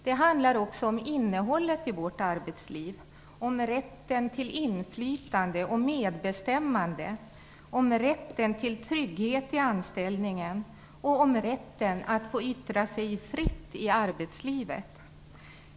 Det handlar också om innehållet i vårt arbetsliv, om rätten till inflytande och medbestämmande, om rätten till trygghet i anställningen och om rätten att få yttra sig fritt i arbetslivet.